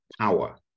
power